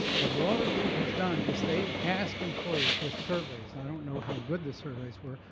what walter reed has done is they ask employees with surveys, i don't know how good the surveys were,